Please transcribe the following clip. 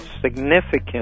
significant